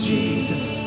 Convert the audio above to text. Jesus